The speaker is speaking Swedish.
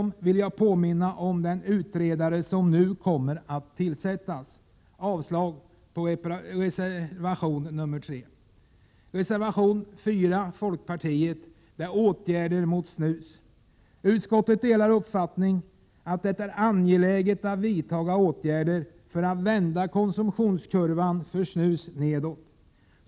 Jag vill dessutom påminna om den utredare som nu kommer att tillsättas. Härmed yrkar jag avslag på reservation 3. Reservation 4 av folkpartiet behandlar åtgärder mot snus. Utskottet delar uppfattningen att det är angeläget att vidta åtgärder för att vända konsumtionskurvan för snus nedåt.